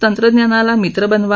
तंत्रज्ञानाला मित्रा बनवा